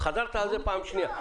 חזרת על זה פעם שנייה.